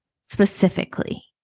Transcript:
specifically